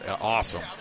awesome